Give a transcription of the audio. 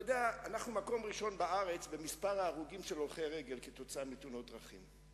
יהיו לי רעיונות בשבילך לתת שירות, אחלה שירות.